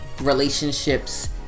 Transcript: relationships